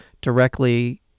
directly